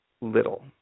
little